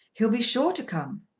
he'll be sure to come.